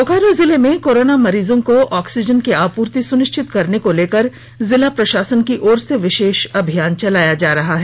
बोकारो जिले में कोरोना मरीजों को ऑक्सीजन की आपूर्ति सुनिश्चित करने को लेकर जिला प्रशासन की ओर से विशेष अभियान चलाया जा रहा है